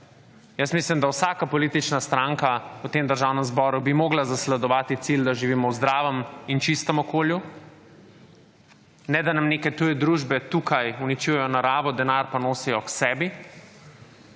jaz mislim, da vsaka politična stranka v tem Državnem zboru bi mogla zasledovati cilj, da živimo v zdravem in čistem okolju, ne da nam neke tuje družbe tukaj uničujejo naravo, denar pa nosijo k sebi.